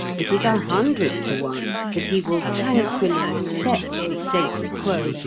it is a hundred to one that he will tranquilly accept the status quo,